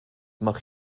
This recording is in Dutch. mag